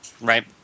right